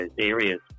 areas